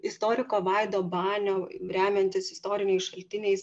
istoriko vaido banio remiantis istoriniais šaltiniais